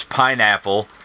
Pineapple